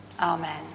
amen